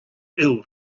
ill